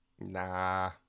nah